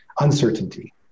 uncertainty